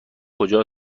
کجا